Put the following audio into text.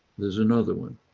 there's another one.